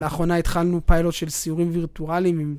לאחרונה התחלנו פיילוט של סיורים וירטואלים עם...